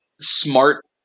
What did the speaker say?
smart